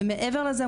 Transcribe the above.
ומעבר לזה,